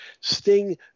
Sting